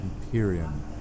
Imperium